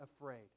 afraid